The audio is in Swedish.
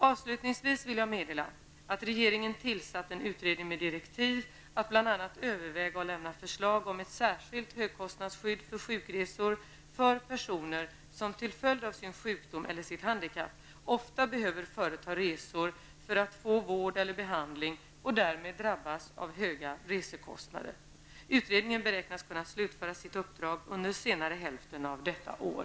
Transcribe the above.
Avslutningsvis vill jag meddela att regeringen tillsatt en utredning med direktiv att bl.a. överväga och lämna förslag om ett särskilt högkostnadsskydd för sjukresor för personer som till följd av sin sjukdom eller sitt handikapp ofta behöver företa resor för att få vård eller behandling och därmed drabbas av höga resekostnader. Utredningen beräknas kunna slutföra sitt uppdrag under senare hälften av detta år.